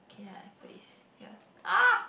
okay lah I put this here ah